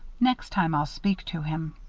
next time i'll speak to him.